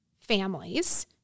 families